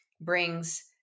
brings